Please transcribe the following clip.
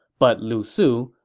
but lu su,